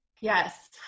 Yes